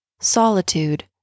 solitude